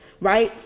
right